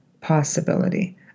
possibility